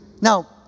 now